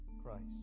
Christ